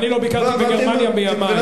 אני לא ביקרתי בגרמניה מימי.